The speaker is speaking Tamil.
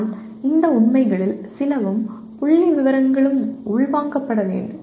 ஆனால் இந்த உண்மைகளில் சிலவும் புள்ளிவிவரங்களும் உள்வாங்கப்பட வேண்டும்